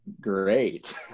great